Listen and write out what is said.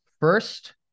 First